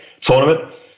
tournament